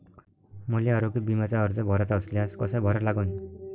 मले आरोग्य बिम्याचा अर्ज भराचा असल्यास कसा भरा लागन?